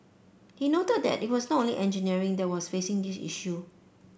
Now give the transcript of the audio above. he noted that it was not only engineering that was facing this issue